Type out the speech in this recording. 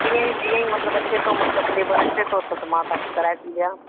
जीअं ई जीअं ई मतिलबु अचे थो मतिलबु लेबर अचे थो त त मां तव्हांखे कराए थी ॾियां